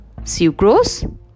sucrose